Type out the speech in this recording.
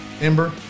Ember